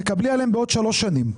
תקבלו עליהם בעוד שלוש שנים.